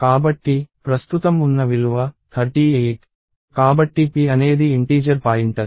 కాబట్టి ప్రస్తుతం ఉన్న విలువ 38 కాబట్టి p అనేది ఇంటీజర్ పాయింటర్